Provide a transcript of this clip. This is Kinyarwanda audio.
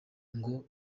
ngo